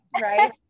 right